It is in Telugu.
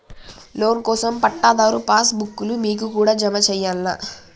లోన్ కోసం పట్టాదారు పాస్ బుక్కు లు మీ కాడా జమ చేయల్నా?